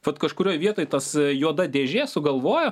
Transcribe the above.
vat kažkurioj vietoj tas juoda dėžė sugalvojo